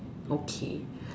okay